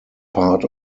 part